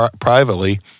privately